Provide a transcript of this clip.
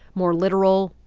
more literal,